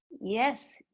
Yes